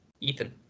Ethan